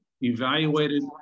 evaluated